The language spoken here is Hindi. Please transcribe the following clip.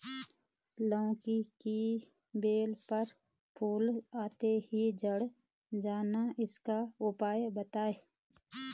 लौकी की बेल पर फूल आते ही झड़ जाना इसका उपाय बताएं?